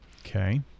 Okay